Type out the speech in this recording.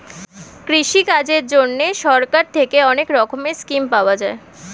কৃষিকাজের জন্যে সরকার থেকে অনেক রকমের স্কিম পাওয়া যায়